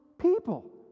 people